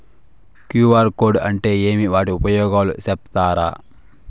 QR code అంటే ఏమి వాటి ఉపయోగాలు సెప్తారా?